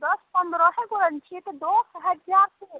दश पन्द्रहे गो आदमी छियै तऽ दश हजार छै